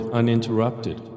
uninterrupted